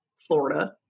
Florida